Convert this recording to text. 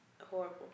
Horrible